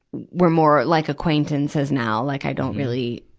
were more like acquaintances now. like i don't really,